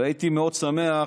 והייתי מאוד שמח,